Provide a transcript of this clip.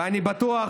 ואני בטוח